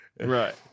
right